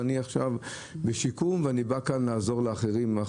אני נמצא בשיקום ואני בא לעזור לאחרים.